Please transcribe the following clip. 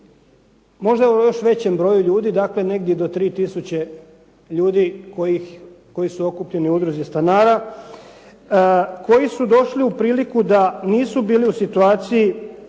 možda o još većem broju ljudi. Dakle, negdje do 3000 ljudi koji su okupljeni u Udruzi stanara koji su došli u priliku da nisu bili u situaciji